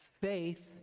faith